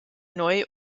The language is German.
neu